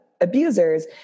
abusers